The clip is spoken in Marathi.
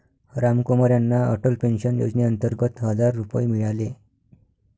रामकुमार यांना अटल पेन्शन योजनेअंतर्गत हजार रुपये मिळाले